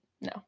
No